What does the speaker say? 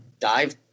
dive